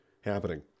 happening